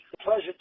Pleasure